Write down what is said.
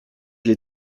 les